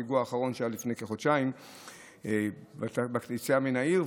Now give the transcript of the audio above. הפיגוע האחרון שהיה לפני כחודשיים ביציאה מן העיר,